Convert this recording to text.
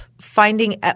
finding –